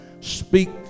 Speak